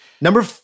Number